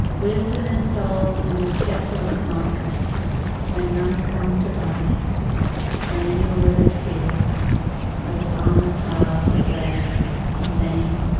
wisdom is sold in the desolate market where none come to buy and in the wither'd field where the farmer plows for bread in vain.